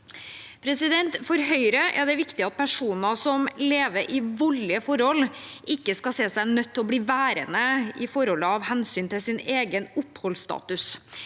For Høyre er det viktig at personer som lever i voldelige forhold, ikke skal se seg nødt til å bli værende i forholdet av hensyn til sin egen oppholdsstatus.